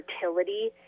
fertility